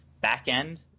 back-end